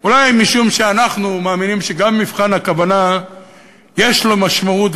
אולי משום שאנחנו מאמינים שגם מבחן הכוונה יש לו משמעות,